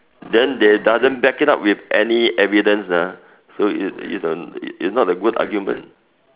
then they doesn't back it up with any evidence ah so it it's a it's not a good argument